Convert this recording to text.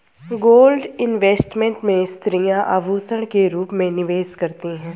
gold investment में स्त्रियां आभूषण के रूप में निवेश करती हैं